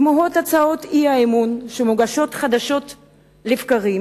תמוהות הצעות האי-אמון שמוגשות חדשות לבקרים